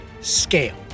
scale